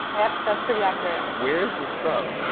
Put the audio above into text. yeah, that's pretty accurate. where is this from?